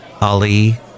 Ali